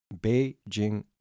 Beijing